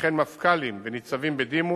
וכן מפכ"לים וניצבים בדימוס,